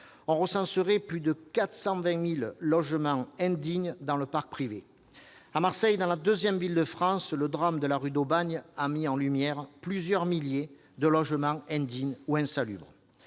on recenserait plus de 420 000 logements indignes dans le parc privé. À Marseille, dans la deuxième ville de France, le drame de la rue d'Aubagne a mis en lumière plusieurs milliers de logements indignes ou insalubres.